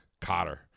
cotter